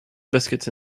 biscuits